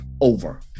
over